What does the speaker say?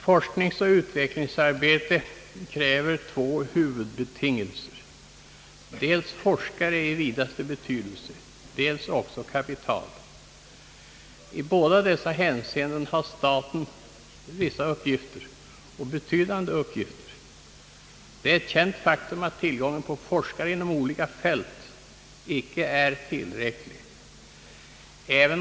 Forskningsoch <utvecklingsarbete kräver två huvudbetingelser, dels forskare i vidaste bemärkelse, dels kapital. I båda dessa hänseenden har staten betydande uppgifter. Det är ett känt faktum att tillgången på forskare inom olika fält icke är tillräcklig.